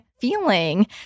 feeling